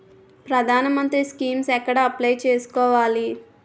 ప్రధాన మంత్రి స్కీమ్స్ ఎక్కడ అప్లయ్ చేసుకోవాలి?